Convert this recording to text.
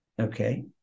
Okay